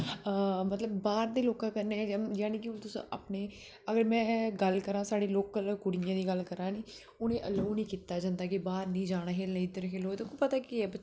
हां मतलब बाहर दे लोकें कन्नै जानी कि हून तुस अपने घर में गल्ल करां ते साढ़े लोकल कुडियें दी गल्ल करां है नी उनें ई अलो गै नेईं कीता जंदा कि बाहर नेईं जाना खेलने गी इद्धर खेलो एहदे कोला पता केह् ऐ